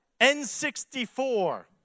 N64